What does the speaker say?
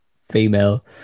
female